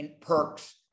perks